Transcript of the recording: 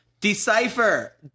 Decipher